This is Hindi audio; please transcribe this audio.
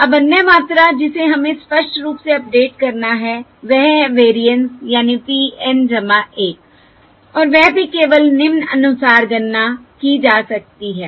अब अन्य मात्रा जिसे हमें स्पष्ट रूप से अपडेट करना है वह है वेरिएंस यानी p N 1 और वह भी केवल निम्नानुसार गणना की जा सकती है